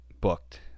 booked